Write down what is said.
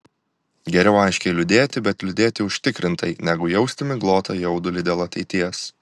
geriau aiškiai liūdėti bet liūdėti užtikrintai negu jausti miglotą jaudulį dėl ateities